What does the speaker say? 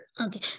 Okay